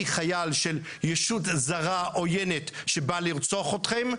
אני חייל של ישות זרה עוינת שבאה לרצוח אתכם,